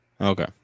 okay